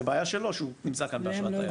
זו בעיה שלו שהוא נמצא כאן באשרת תייר.